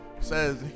says